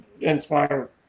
inspire